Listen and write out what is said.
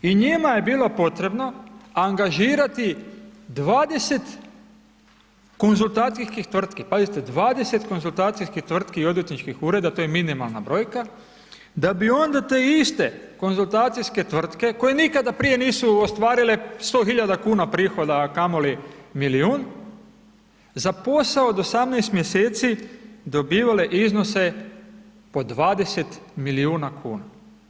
I njima je bilo potrebno angažirati dvadeset konzultacijskih tvrtki, pazite dvadeset konzultacijskih tvrtki i odvjetničkih ureda, to je minimalna brojka, da bi onda te iste konzultacijske tvrtke koje nikada prije nisu ostvarile sto hiljada kuna prihoda, a kamoli milijun, za posao od 18 mjeseci dobivale iznose po 20 milijuna kuna.